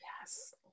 Yes